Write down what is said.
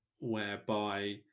whereby